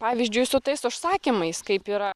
pavyzdžiui su tais užsakymais kaip yra